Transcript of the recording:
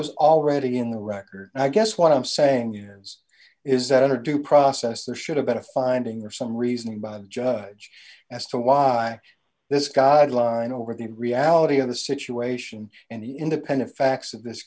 was already in the record and i guess what i'm saying is that are due process the should have been a finding of some reason about judge as to why this guideline over the reality of the situation and the independent facts of this